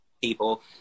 people